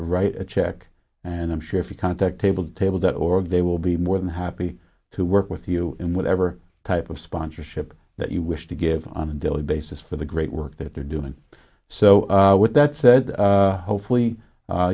write a check and i'm sure if you contact table table dot org they will be more than happy to work with you in whatever type of sponsorship that you wish to give on a daily basis for the great work that they're doing so with that said hopefully